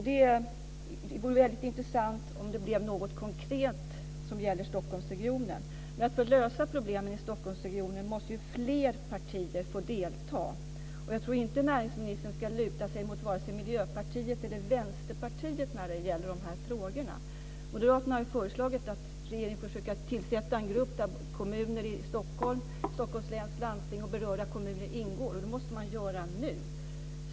Det vore intressant om det skedde någonting konkret i Stockholmsregionen. För att man ska kunna lösa problemen i Stockholmsregioner måste ju fler partier få delta i det arbetet. Jag tror inte att näringsministern ska luta sig mot vare sig Miljöpartiet eller Vänsterpartiet. Moderaterna har föreslagit att regeringen borde tillsätta en grupp där berörda kommuner och Stockholms läns landsting ingår, och det måste man göra nu.